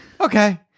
Okay